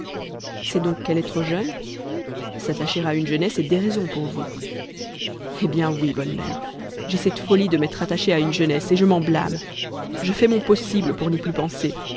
c'est donc qu'elle est trop jeune s'attacher à une jeunesse est déraison pour vous eh bien oui bonne mère j'ai cette folie de m'être attaché à une jeunesse et je m'en blâme je fais mon possible pour n'y plus penser